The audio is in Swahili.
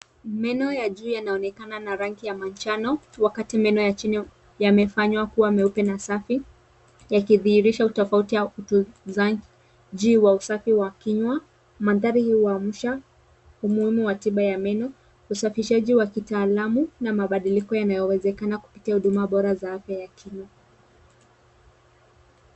Meno ya juu yanaonekana na rangi ya manjano, wakati meno ya chini yamefanywa kuwa meupe na safi yakidhirisha utofauti wa utunzaji wa usafi wa kinywa. Mandhari hii huamsha umuhimu wa tiba ya meno, usafishaji wa kitaalamu na mabadiliko yanayowezekana kupitia huduma bora za afya ya kinywa.